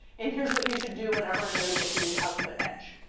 and here's what you should do whenever a node gets a new output edge.